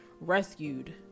Rescued